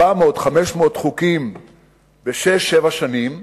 400, 500 חוקים בשש, שבע שנים,